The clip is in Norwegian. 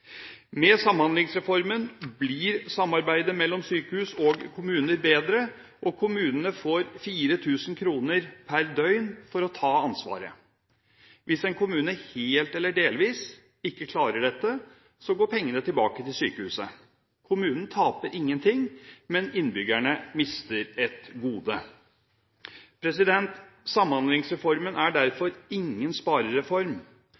Med Samhandlingsreformen blir samarbeidet mellom sykehus og kommuner bedre, og kommunene får 4 000 kr per døgn for å ta ansvaret. Hvis en kommune, helt eller delvis, ikke klarer dette, går pengene tilbake til sykehuset. Kommunen taper ingenting, men innbyggerne mister et gode. Samhandlingsreformen er